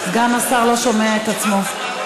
סגן השר לא שומע את עצמו.